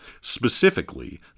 Specifically